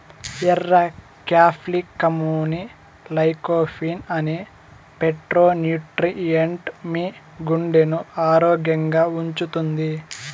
ఎర్ర క్యాప్సికమ్లోని లైకోపీన్ అనే ఫైటోన్యూట్రియెంట్ మీ గుండెను ఆరోగ్యంగా ఉంచుతుంది